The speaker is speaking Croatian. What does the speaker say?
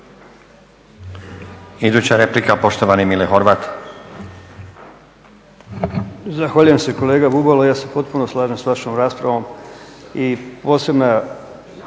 Hvala